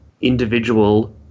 individual